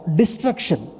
destruction